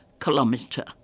kilometer